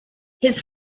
his